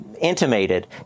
intimated